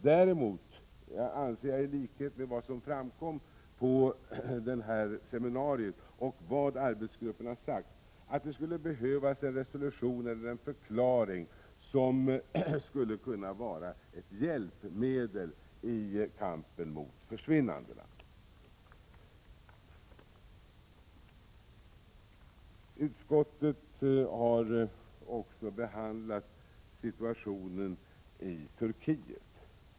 Däremot anser jag, i likhet med vad som framkom på seminariet och med vad arbetsgruppen har sagt, att det skulle behövas en resolution eller förklaring som ett hjälpmedel i kampen mot försvinnandena. Utskottet har också behandlat situationen i Turkiet.